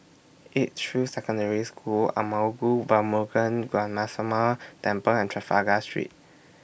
Edgefield Secondary School Arulmigu Velmurugan Temple and Trafalgar Street